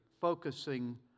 focusing